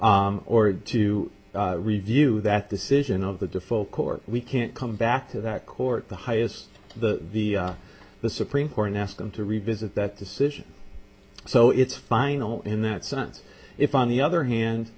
revisit or to review that decision of the default court we can't come back to that court the highest the the the supreme court and ask them to revisit that decision so it's final in that sense if on the other hand